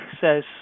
says